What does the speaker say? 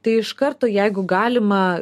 tai iš karto jeigu galima